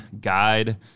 guide